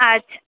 अच्छा